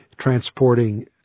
transporting